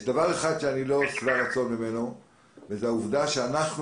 יש דבר אחד שאני לא שבע רצון ממנו וזה העובדה שאנחנו